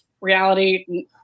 reality